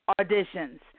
auditions